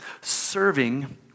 serving